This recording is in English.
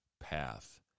path